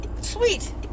Sweet